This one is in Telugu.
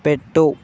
పెట్టు